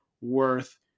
worth